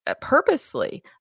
purposely